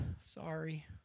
sorry